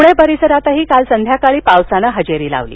पुणे परिसरातही काल संध्याकाळी पावसानं हजेरी लावली